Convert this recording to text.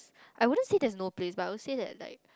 I wouldn't say there's no place but I would say that like